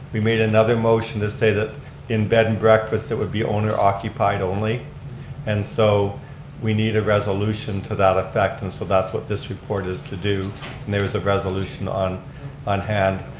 we made another motion to say that in bed and breakfast, it would be owner occupied only and so we need a resolution to that effect and so that's what this report is to do and there was a resolution on on hand.